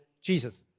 Jesus